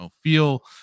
feel